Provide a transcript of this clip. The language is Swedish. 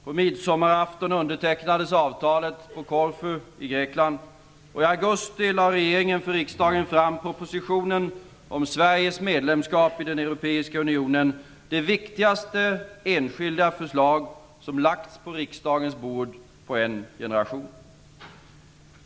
På midsommarafton undertecknades avtalet på Korfu, i Grekland. I augusti lade regeringen fram för riksdagen propositionen om Sveriges medlemskap i den europeiska unionen. Det är det viktigaste enskilda förslag som lagts på riksdagens bord sedan en generation tillbaka.